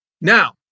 Now